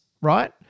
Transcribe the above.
right